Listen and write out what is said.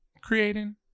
creating